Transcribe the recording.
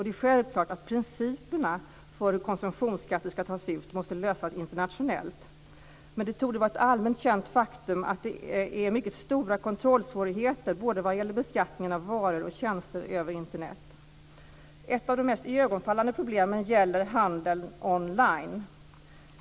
Det är självklart att principerna för hur konsumtionsskatter ska tas ut måste lösas internationellt. Men det torde vara ett allmänt känt faktum att det finns mycket stora kontrollsvårigheter vad gäller beskattningen av både varor och tjänster över Internet. Ett av de mest iögonenfallande problemen gäller handeln online.